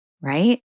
right